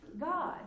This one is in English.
God